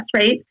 Right